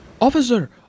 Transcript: Officer